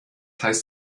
heißt